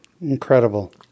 Incredible